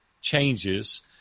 changes